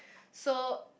so